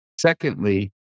Secondly